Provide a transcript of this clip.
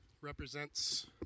represents